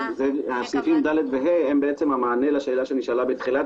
סעיפים (ד) ו-(ה) הם המענה לשאלה שנשאלה בתחילת